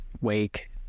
wake